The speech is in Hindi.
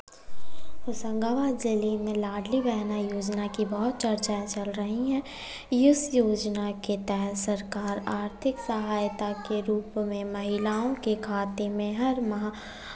होसंगाबाद जिले में लाडली बहना योजना की बहुत चर्चाएं चल रही हैं इस योजना के तहत सरकार आर्थिक सहायता के रूप में महिलाओं के खाते में हर माह